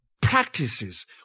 practices